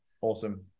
Awesome